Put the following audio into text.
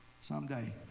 someday